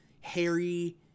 Harry